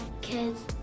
kids